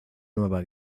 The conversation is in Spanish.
nueva